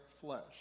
flesh